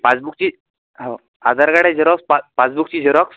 पासबूकची हो आधार कार्डाचे xerox pass पासबूकची झेरॉक्स